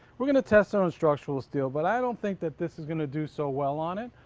we're going to test on on structural steel but i don't think that this is going to do so well on it.